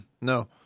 no